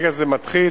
ברגע שזה מתחיל,